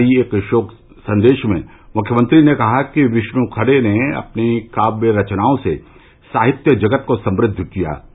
कल जारी एक षोक संदेष में मुख्यमंत्री ने कहा है कि विश्णु खरे ने अपनी काव्य रचनाओं से साहित्य जगत को समृद्ध किया